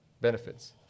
benefits